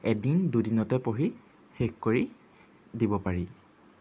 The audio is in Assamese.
এদিন দুদিনতে পঢ়ি শেষ কৰি দিব পাৰি